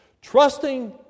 Trusting